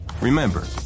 Remember